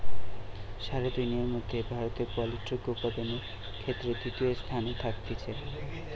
সারা দুনিয়ার মধ্যে ভারতে পোল্ট্রি উপাদানের ক্ষেত্রে তৃতীয় স্থানে থাকতিছে